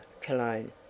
Cologne